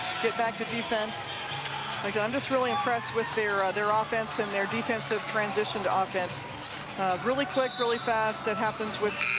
get backto defense like i'm just really impressed with their ah their ah offense and their defensive transition to offense really quick, really fast it happens with